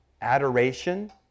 adoration